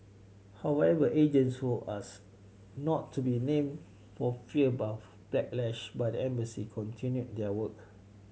however agents who asked not to be named for fear backlash by the embassy continued their work